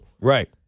Right